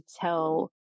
tell